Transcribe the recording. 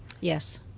yes